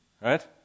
Right